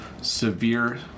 severe